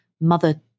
mother